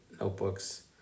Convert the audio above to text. notebooks